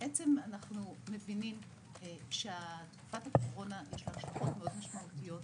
אנחנו מבינים שלתקופת הקורונה יש השלכות מאוד משמעותיות,